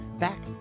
back